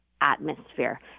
atmosphere